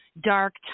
dark